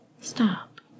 Stop